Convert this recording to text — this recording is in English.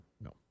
No